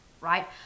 right